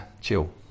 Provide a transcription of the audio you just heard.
chill